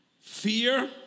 fear